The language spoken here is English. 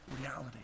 reality